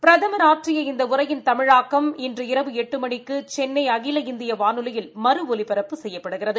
பிரதம் ஆற்றிய இந்த உரையின் தமிழாக்கம் இன்று இரவு எட்டு மணிக்கு சென்னை அகில இந்திய வானொலியில் மறு ஒலிபரப்பு செய்யப்படுகிறது